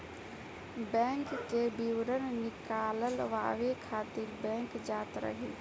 bank के विवरण निकालवावे खातिर बैंक जात रही